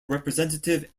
representative